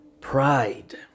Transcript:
Pride